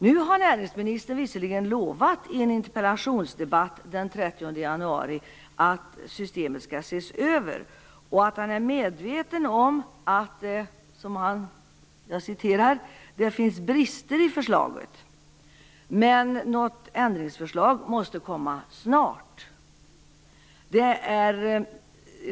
Nu har näringsministern visserligen i en interpellationsdebatt den 30 januari lovat att systemet skall ses över och att han är medveten om att "det finns brister i förslaget", men ett ändringsförslag måste komma snart.